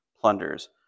plunders